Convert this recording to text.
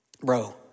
Bro